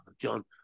John